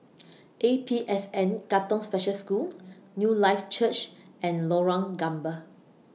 A P S N Katong Special School Newlife Church and Lorong Gambir